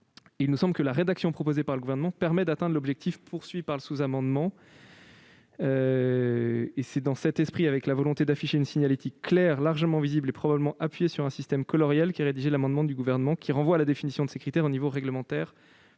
Il nous semble que la rédaction proposée par le Gouvernement permet d'atteindre l'objectif visé par le sous-amendement ; c'est dans cet esprit, avec la volonté d'afficher une signalétique claire, largement visible et probablement appuyée sur un système coloriel, qu'est rédigé l'amendement du Gouvernement, qui tend à renvoyer la définition de ces critères au niveau réglementaire,